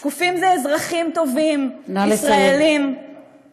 שקופים זה אזרחים טובים, ישראלים, נא לסיים.